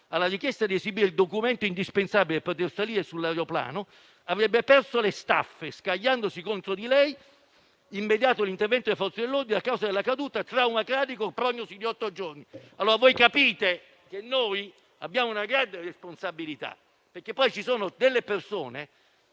alla richiesta di esibire il documento indispensabile per poter salire sull'aeroplano, avrebbe perso le staffe scagliandosi contro di lei. Immediato l'intervento delle Forze dell'ordine: a causa della caduta, trauma cranico, prognosi di otto giorni. Capite bene che abbiamo una grande responsabilità, perché poi ci sono persone